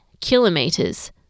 kilometres